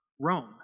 Rome